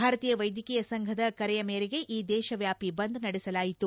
ಭಾರತೀಯ ವೈದ್ಯಕೀಯ ಸಂಘದ ಕರೆಯ ಮೇರೆಗೆ ಈ ದೇಶವ್ಯಾಪಿ ಬಂದ್ ನಡೆಸಲಾಯಿತು